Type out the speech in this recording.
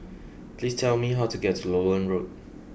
please tell me how to get to Lowland Road